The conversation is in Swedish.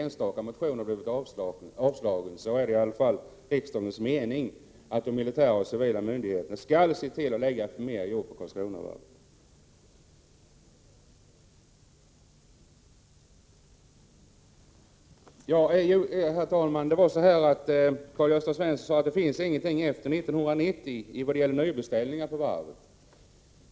1987/88:131 alla fall riksdagens mening att de militära och civila myndigheterna skall se — 1 juni 1988 till att lägga mer jobb hos Karlskronavarvet. Karl-Gösta Svenson sade att det inte finns någonting efter 1990 när det gäller nybeställningar på varvet.